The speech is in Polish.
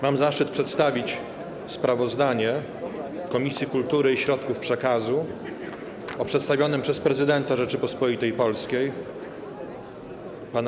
Mam zaszczyt przedstawić sprawozdanie Komisji Kultury i Środków Przekazu o przedstawionym przez prezydenta Rzeczypospolitej Polskiej pana